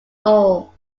all